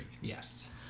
Yes